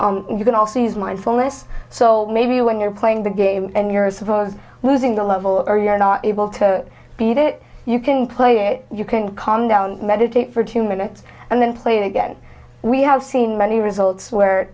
you can also use my phone less so maybe when you're playing the game and you're supposed losing the level or you're not able to beat it you can play it you can calm down meditate for two minutes and then play it again we have seen many results where